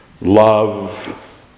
love